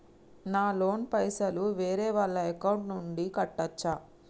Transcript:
నా లోన్ పైసలు వేరే వాళ్ల అకౌంట్ నుండి కట్టచ్చా?